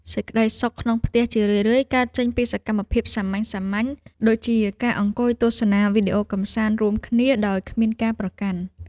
សេចក្តីសុខក្នុងផ្ទះជារឿយៗកើតចេញពីសកម្មភាពសាមញ្ញៗដូចជាការអង្គុយទស្សនាវីដេអូកម្សាន្តរួមគ្នាដោយគ្មានការប្រកាន់។